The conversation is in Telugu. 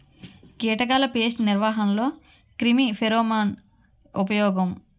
కీటకాల పేస్ట్ నిర్వహణలో క్రిమి ఫెరోమోన్ ఉపయోగం